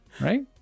Right